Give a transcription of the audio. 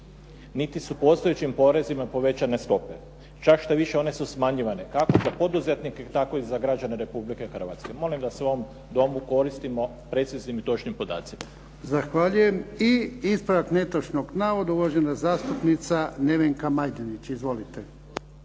niti su postojećim porezima povećane stope. Čak štoviše one su smanjivane kako za poduzetnike, tako i za građane Republike Hrvatske. Molim da se u ovom Domu koristimo preciznim i točnim podacima. **Jarnjak, Ivan (HDZ)** Zahvaljujem. I ispravak netočnog navoda, uvažena zastupnica Nevenka Majdenić. Izvolite.